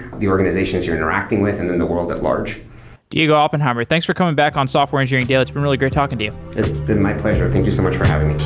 the organizations you're interacting with and then the world at large diego oppenheimer, thanks for coming back on software engineering daily, it's been really great talking to you it's been my pleasure. thank you so much for having